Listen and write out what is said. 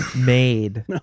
made